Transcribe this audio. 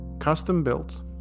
Custom-built